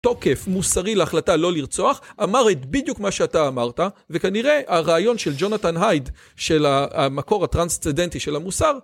תוקף מוסרי להחלטה לא לרצוח אמר את בדיוק מה שאתה אמרת וכנראה הרעיון של ג'ונתן הייד של המקור הטרנסצדנטי של המוסר